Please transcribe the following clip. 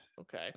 Okay